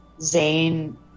Zane